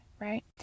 right